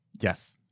Yes